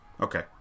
Okay